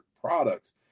products